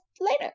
later